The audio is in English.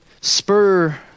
spur